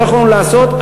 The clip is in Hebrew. לא יכולנו לעשות.